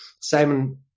Simon